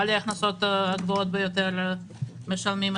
בעלי ההכנסות הגבוהות ביותר משלמים את המס,